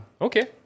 Okay